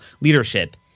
leadership